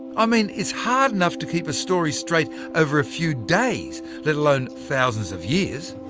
i mean it's hard enough to keep a story straight over a few days, let alone thousands of years!